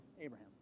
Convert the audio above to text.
Abraham